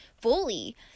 fully